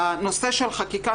הנושא של חקיקה,